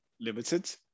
limited